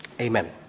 Amen